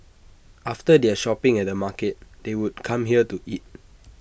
after their shopping at the market they would come here to eat